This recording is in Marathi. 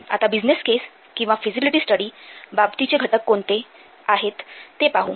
आता बिझनेस केस किंवा फिजिबिलिटी स्टडी बाबतीचे घटक कोणते आहेत ते पाहू